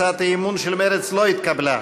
הצעת האי-אמון של מרצ לא התקבלה.